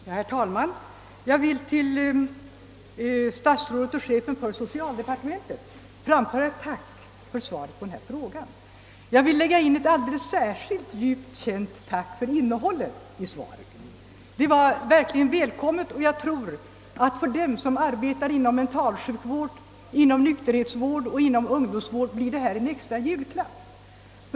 Herr talman! Jag vill till statsrådet och chefen för socialdepartementet framföra ett tack för svaret på min interpellation. Alldeles särskilt tackar jag för innehållet i svaret. Det var välkommet, och för dem som arbetar inom mentalsjukvård, nykterhetsvård och ungdomsvård blir detta svar en extra julklapp.